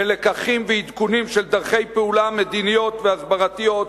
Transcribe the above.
בלקחים ועדכונים של דרכי פעולה מדיניות והסברתיות,